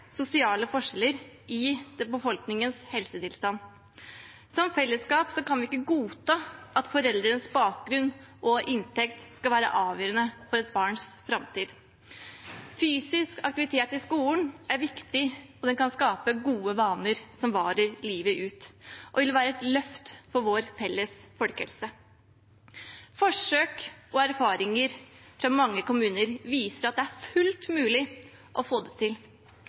sosiale forskjeller i befolkningens helsetilstand. Som fellesskap kan vi ikke godta at foreldrenes bakgrunn og inntekt skal være avgjørende for et barns framtid. Fysisk aktivitet i skolen er viktig. Det kan skape gode vaner som varer livet ut, og det vil være et løft for vår felles folkehelse. Forsøk og erfaringer fra mange kommuner viser at det er fullt mulig å få det til,